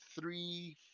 three